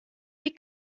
wie